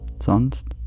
Sonst